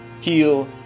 heal